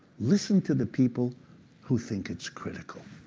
listen to the people who think it's critical,